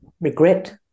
regret